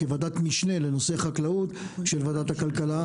כוועדת משנה לנושא חקלאות של ועדת הכלכלה,